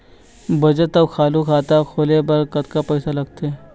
बचत अऊ चालू खाता खोले बर कतका पैसा लगथे?